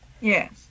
Yes